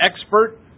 expert